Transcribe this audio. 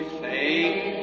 faith